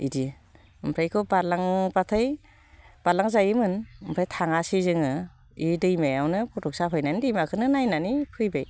बिदि ओमफ्राय बेखौ बारलांबाथाय बारलांजायोमोन ओमफ्राय थाङासै जोङो बे दैमायावनो फट' साफायनानै दैमाखौनो नायनानै फैबाय